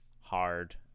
hard